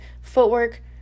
footwork